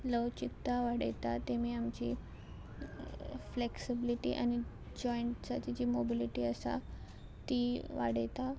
लवचिकता वाडयतात तेमी आमची फ्लेक्सिबिलिटी आनी जॉयंट्साची जी मोबिलिटी आसा ती वाडयता